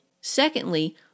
Secondly